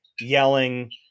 yelling